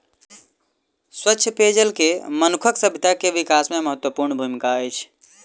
स्वच्छ पेयजल के मनुखक सभ्यता के विकास में महत्वपूर्ण भूमिका अछि